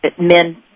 Men